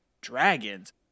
dragons